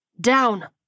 Down